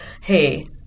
Hey